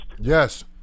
Yes